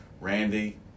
Randy